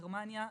גרמניה ואנגליה.